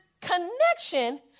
connection